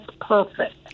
perfect